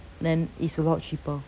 then it's a lot cheaper